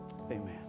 Amen